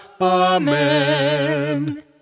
Amen